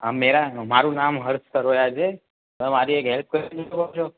હં મેરા મારું નામ હર્ષ સરવૈયા છે સર મારી એક હેલ્પ કરી શકો છો